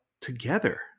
Together